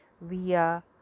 via